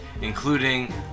including